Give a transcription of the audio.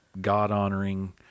God-honoring